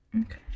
okay